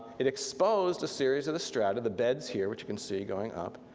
it exposed a series of the strata, the beds here which you can see going up.